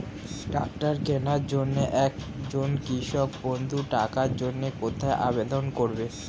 Tractor কিনার জন্য একজন কৃষক বন্ধু টাকার জন্য কোথায় আবেদন করবে?